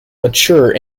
mature